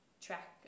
track